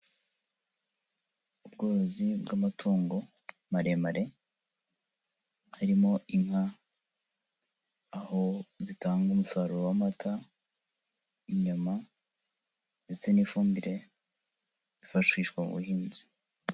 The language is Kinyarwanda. Ubworozi bw'amatungo maremare, harimo inka, aho zitanga umusaruro w'amata, inyama ndetse n'ifumbire yifashishwa mu buhinzi.